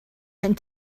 and